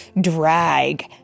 drag